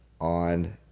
on